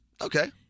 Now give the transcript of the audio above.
Okay